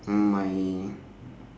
uh my